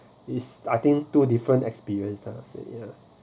is I think two different experience lah